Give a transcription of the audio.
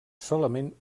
solament